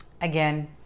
again